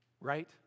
right